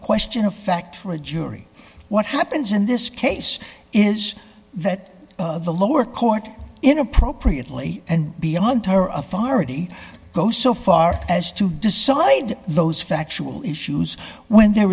question of fact for a jury what happens in this case is that the lower court in appropriately and beyond her of far to go so far as to decide those factual issues when there